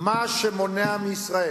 מה שמונע מישראל